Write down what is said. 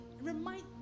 remind